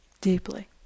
deeply